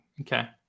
Okay